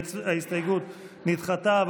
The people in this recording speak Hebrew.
ההסתייגות נדחתה.